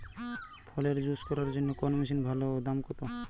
ফলের জুস করার জন্য কোন মেশিন ভালো ও দাম কম?